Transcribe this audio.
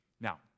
Now